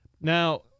Now